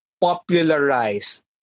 popularize